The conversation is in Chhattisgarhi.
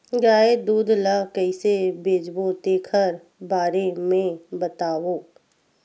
गाय दूध ल कइसे बेचबो तेखर बारे में बताओ?